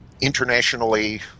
internationally